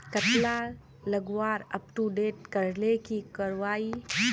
कतला लगवार अपटूडेट करले की करवा ई?